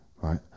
right